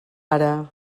ara